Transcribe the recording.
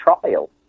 trial